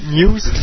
news